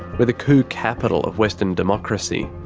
we're the coup capital of western democracy.